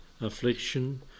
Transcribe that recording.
affliction